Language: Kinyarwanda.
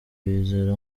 bizera